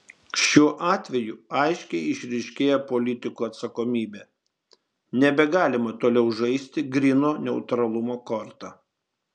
šiuo atveju aiškiai išryškėja politikų atsakomybė nebegalima toliau žaisti gryno neutralumo korta